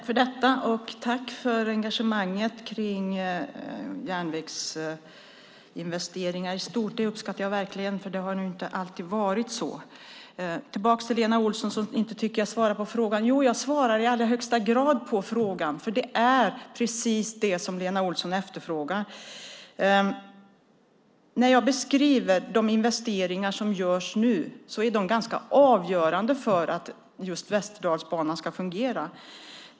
Fru talman! Tack för engagemanget för järnvägsinvesteringar i stort. Det uppskattar jag verkligen; det har inte alltid varit så. Lena Olsson tycker inte att jag svarade på frågan. Jag svarade i allra högsta grad på frågan med just det som Lena Olsson efterfrågar. De investeringar som görs nu är ganska avgörande för att Västerdalsbanan ska fungera.